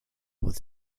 with